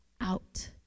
out